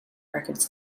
records